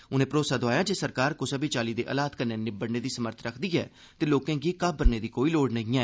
उनें भरोसा दोआया जे सरकार कुसै बी चाल्ली दे हालात कन्नै निब्ब्डने दी समर्थ रक्खदी ऐ ते लोकें गी घाब्बरने दी कोई लोड़ नेई ऐ